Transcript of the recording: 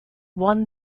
won